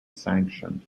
sanctioned